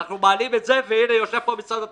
ואנחנו מעלים את זה, וגם יושב פה משרד התחבורה.